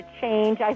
change